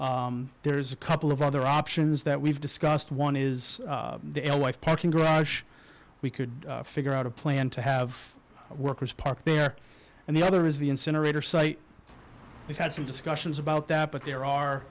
there's a couple of other options that we've discussed one is the l ife parking garage we could figure out a plan to have workers park there and the other is the incinerator site we've had some discussions about that but there are